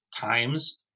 times